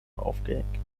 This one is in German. aufgehängt